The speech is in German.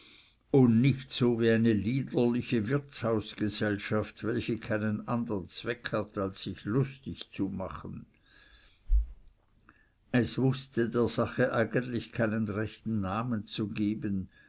und nicht so wie eine liederliche wirtshausgesellschaft welche keinen andern zweck hat als sich lustig zu machen es wußte der sache eigentlich keinen rechten namen zu geben